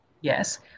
Yes